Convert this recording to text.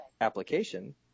application